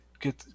get